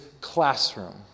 classroom